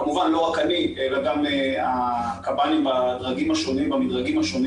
כמובן לא רק אני, אלא גם הקב"נים במדרגים השונים